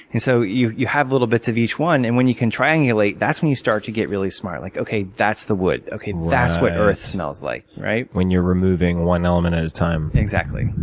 and so you you have little bits of each one. and when you can triangulate, that's when you start to get really smart like okay, that's the wood. okay, that's what earth smells like. when you're removing one element at a time. exactly.